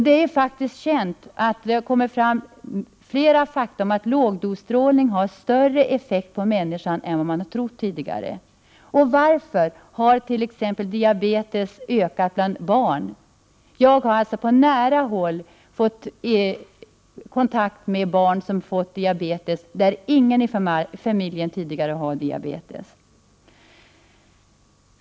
Det är faktiskt känt — det har kommit flera fakta — att lågdosstrålning har större effekt på människan än vad man tidigare trott. Varför har t.ex. diabetes ökat bland barnen? Jag har på nära håll fått kontakt med barn som har fått diabetes, även om ingen i familjen tidigare haft diabetes.